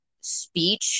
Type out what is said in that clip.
speech